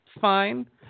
fine